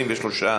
23,